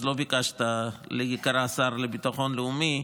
אז לא ביקשת להיקרא השר לביטחון הלאומי,